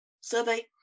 survey